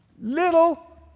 little